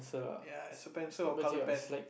ya it's a pencil or colour pen